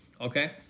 okay